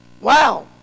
wow